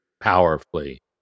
powerfully